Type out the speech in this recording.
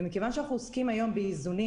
ומכיוון שאנחנו עוסקים היום באזונים,